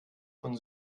von